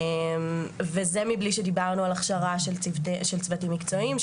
וזה מבלי שדיברנו על הכשרה של צוותים מקצועיים,